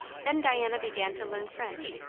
then diana began to learn french,